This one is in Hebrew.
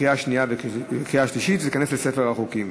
בקריאה ובקריאה שלישית ותיכנס לספר החוקים.